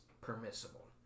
permissible